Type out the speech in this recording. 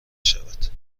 شود